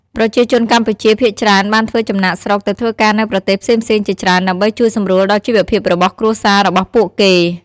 ប្រជាជនកម្ពុជាភាគច្រើនបានធ្វើចំណាកស្រុកទៅធ្វើការនៅប្រទេសផ្សេងៗជាច្រើនដើម្បីជួយសម្រួលដល់ជីវភាពរបស់គ្រួសាររបស់ពួកគេ ។